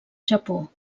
japó